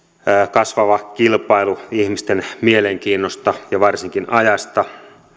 kasvava kilpailu ihmisten mielenkiinnosta ja varsinkin ajasta